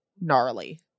gnarly